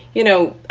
you know,